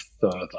further